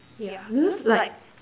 yeah because like